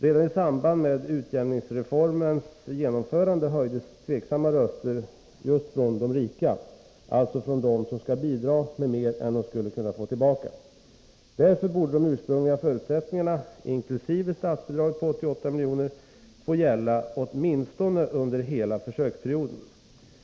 Redan i samband med utjämningsreformens genomförande höjdes tveksamma röster just från de rika, alltså från dem som skulle bidraga med mer än de skulle kunna få tillbaka. Därför borde de ursprungliga förutsättningarna — inkl. statsbidraget på 88 milj.kr. — få gälla åtminstone under hela försöksperioden.